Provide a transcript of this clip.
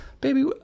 baby